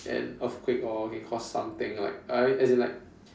an earthquake or can cause something like uh as in like